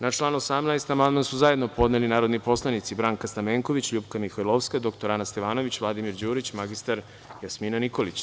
Na član 18. amandman su zajedno podneli narodni poslanici Branka Stamenković, LJupka Mihajlovska, dr Ana Stevanović, Vladimir Đurić i mr Jasmina Nikolić.